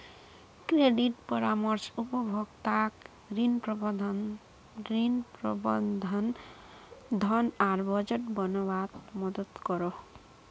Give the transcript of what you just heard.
credit परामर्श उपभोक्ताक ऋण, प्रबंधन, धन आर बजट बनवात मदद करोह